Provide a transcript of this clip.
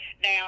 Now